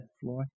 fly